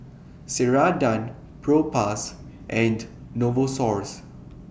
Ceradan Propass and Novosource